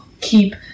keep